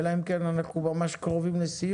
אלא אם כן אנחנו כבר ממש קרובים לסיום.